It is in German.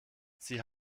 sie